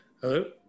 Hello